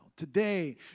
Today